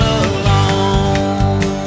alone